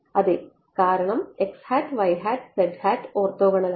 അതെ കാരണം ഓർത്തോഗണലാണ്